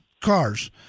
cars